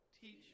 Teach